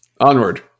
Onward